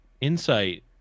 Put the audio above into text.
insight